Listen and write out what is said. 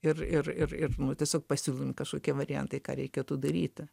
ir ir ir nu tiesiog pasiūlomi kažkokie variantai ką reikėtų daryti